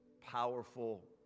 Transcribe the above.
powerful